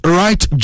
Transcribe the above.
right